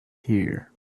here